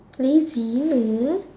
lazy no